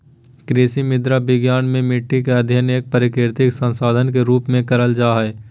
कृषि मृदा विज्ञान मे मट्टी के अध्ययन एक प्राकृतिक संसाधन के रुप में करल जा हई